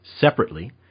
separately